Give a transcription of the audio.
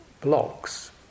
blocks